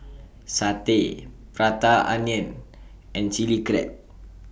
Satay Prata Onion and Chili Crab